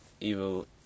evil